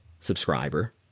subscriber